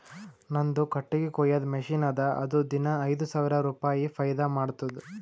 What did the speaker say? ನಂದು ಕಟ್ಟಗಿ ಕೊಯ್ಯದ್ ಮಷಿನ್ ಅದಾ ಅದು ದಿನಾ ಐಯ್ದ ಸಾವಿರ ರುಪಾಯಿ ಫೈದಾ ಮಾಡ್ತುದ್